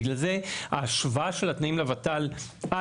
בגלל זה ההשוואה של התנאים לוות״ל לא הגיונית.